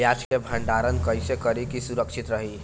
प्याज के भंडारण कइसे करी की सुरक्षित रही?